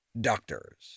doctors